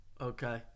Okay